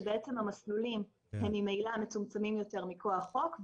שהמסלולים הם ממילא מצומצמים יותר מכוח חוק,